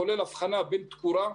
כולל הבחנה בין תקורה,